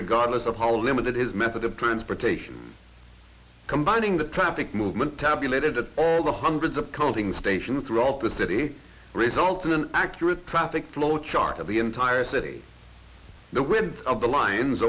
regardless of how limited his method of transportation combining the traffic movement tabulated at all the hundreds of counting stations throughout the city results in an accurate traffic flow chart of the entire city the winds of the li